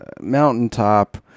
mountaintop